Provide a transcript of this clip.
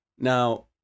Now